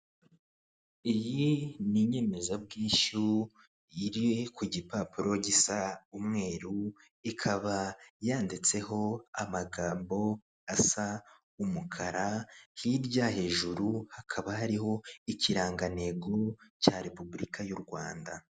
Iyi ni inyemezabwishyu iri ku gipapuro gisa umweru, ikaba yanditseho amagambo asa umukara hirya hejuru hakaba hariho ikirangantego cya Repubulika y'u Rwanda.